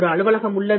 ஒரு அலுவலகம் உள்ளது